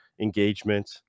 engagement